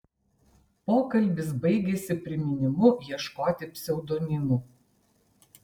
pokalbis baigėsi priminimu ieškoti pseudonimų